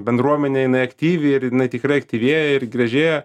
bendruomenė jinai aktyvi ir jinai tikrai aktyvėja ir gražėja